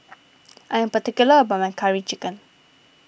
I am particular about my Curry Chicken